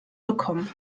bekommen